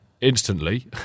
instantly